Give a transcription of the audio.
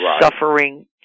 suffering